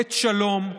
עת שלום.